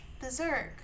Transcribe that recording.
Berserk